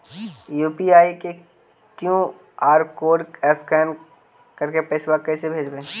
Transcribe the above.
UPI के QR code scan करके पैसा कैसे भेजबइ?